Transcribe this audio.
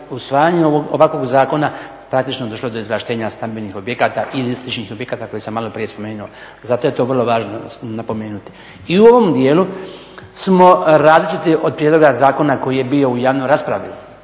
usvajanjem ovakvog zakona praktično došlo do izvlaštenja stambenih objekata ili …/Govornik se ne razumije./… objekata koje sam malo prije spomenuo. Zato je to vrlo važno napomenuti. I u ovom dijelu smo različiti od prijedloga zakona koji je bio u javnoj raspravi.